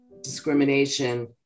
discrimination